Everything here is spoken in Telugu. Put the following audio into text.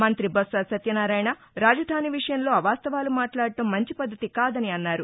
మంత్రి టొత్స సత్యనారాయణ రాజధాని విషయంలో అవాస్తవాలు మాట్లాడటం మంచి పద్దతి కాదని అన్నారు